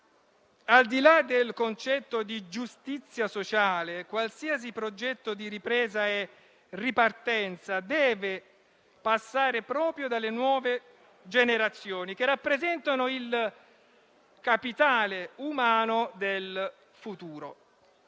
Al di là del concetto di giustizia sociale, qualsiasi progetto di ripresa e ripartenza deve passare proprio dalle nuove generazioni, che rappresentano il capitale umano del futuro.